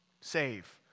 save